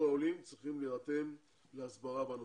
העולים צריכים להירתם להסברה בנושא.